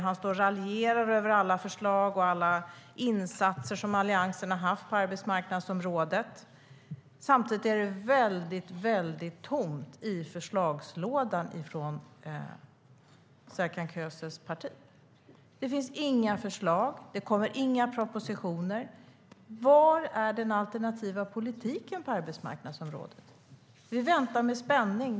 Han står och raljerar över alla förslag och alla insatser som Alliansen har gjort på arbetsmarknadsområdet. Samtidigt är det väldigt tomt i förslagslådan från Serkan Köses parti. Det finns inga förslag. Det kommer inga propositioner. Var är den alternativa politiken på arbetsmarknadsområdet? Vi väntar med spänning.